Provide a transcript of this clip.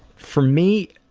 for me,